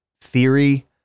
theory